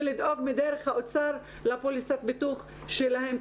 ולדאוג דרך האוצר לפוליסת ביטוח שלהם,